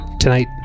Tonight